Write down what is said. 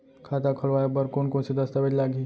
खाता खोलवाय बर कोन कोन से दस्तावेज लागही?